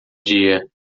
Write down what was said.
dia